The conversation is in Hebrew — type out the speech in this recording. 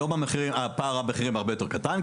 היום פער המחירים הרבה יותר קטן,